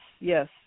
yes